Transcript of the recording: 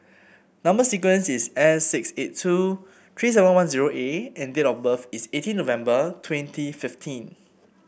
number sequence is S six eight two three seven one zero A and date of birth is eighteen November twenty fifteen